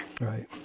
Right